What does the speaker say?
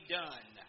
done